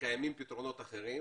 שקיימים פתרונות אחרים